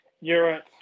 Europe